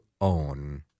own